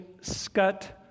scut